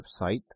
website